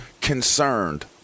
concerned